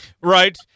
Right